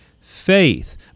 faith